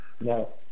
No